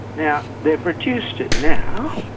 now, they've reduced it now,